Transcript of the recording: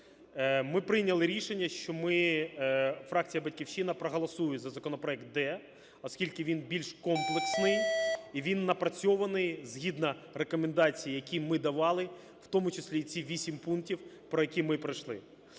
Ми прийняли рішення, що ми, фракція "Батьківщина", проголосує за законопроект "д", оскільки він більш комплексний і він напрацьований згідно рекомендацій, які ми давали, в тому числі і ці 8 пунктів, про які ми пройшли.